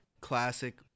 classic